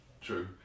true